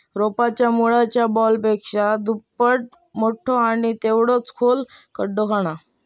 रोपाच्या मुळाच्या बॉलपेक्षा दुप्पट मोठो आणि तेवढोच खोल खड्डो खणा